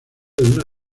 una